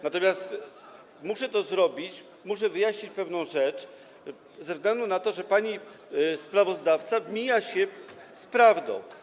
Natomiast muszę to zrobić, muszę wyjaśnić pewną rzecz ze względu na to, że pani sprawozdawca mija się z prawdą.